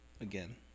again